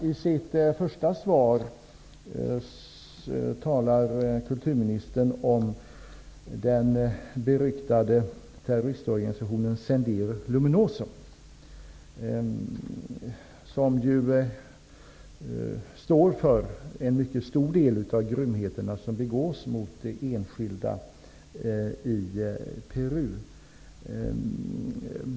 I sitt första svar talar kulturministern om den beryktade terroristorganisationen Sendero Luminoso, som ju står för en mycket stor del av de grymheter som begås mot enskilda i Peru.